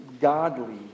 godly